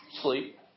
Sleep